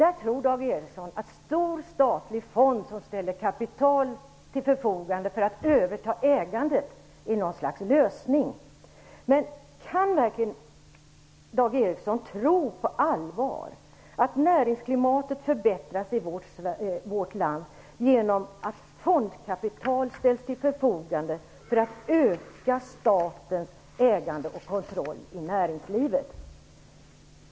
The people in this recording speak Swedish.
Där tror Dag Ericson att en stor statlig fond som ställer kapital till förfogande för att överta ägandet är något slags lösning. Men kan verkligen Dag Ericson på allvar tro att näringsklimatet i vårt land förbättras genom att fondkapital ställs till förfogande för att öka statens ägande och kontroll i näringslivet?